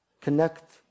connect